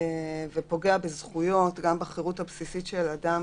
שפוגע בזכויות כמו החירות הבסיסית של אדם